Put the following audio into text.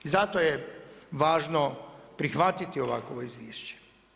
Zato je važno prihvatiti ovakvo izvješće.